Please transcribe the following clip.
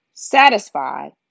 Satisfied